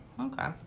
Okay